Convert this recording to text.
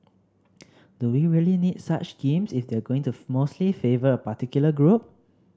do we really need such schemes if they're going to mostly favour a particular group